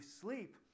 sleep